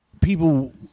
people